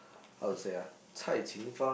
how to say ah Cai Qing Fang